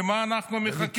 למה אנחנו מחכים?